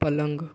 पलंग